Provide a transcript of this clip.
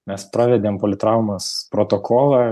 mes pravedėm politraumos protokolą